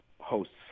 hosts